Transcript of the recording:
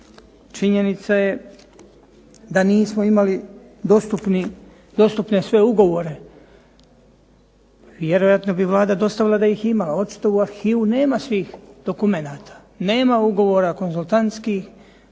Činjenica je da nismo imali dostupne sve ugovore. Vjerojatno bi Vlada dostavila da ih je imala. Očito u arhivu nema svih dokumenata, nema ugovora konzultantskih